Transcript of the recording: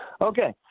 Okay